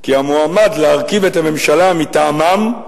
כי המועמד להרכיב את הממשלה מטעמם,